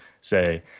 Say